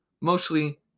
mostly